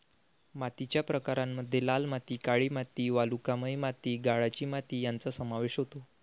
मातीच्या प्रकारांमध्ये लाल माती, काळी माती, वालुकामय माती, गाळाची माती यांचा समावेश होतो